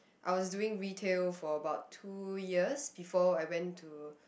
I was doing retail for about two years before I went to